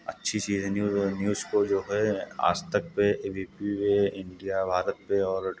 और अच्छी चीज़ है न्यूज़ और न्यूज़ तो जो है आज तक है ए बी पी है इंडिया भारत है और